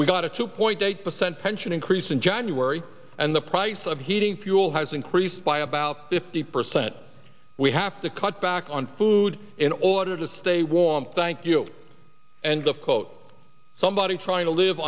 we've got a two point eight percent pension increase in january and the price of heating fuel has increased by about fifty percent we have to cut back on food in order to stay warm thank you and of quote somebody trying to live